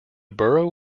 borough